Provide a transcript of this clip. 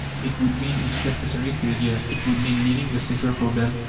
it would mean its necessary failure it would mean leaving the social problem,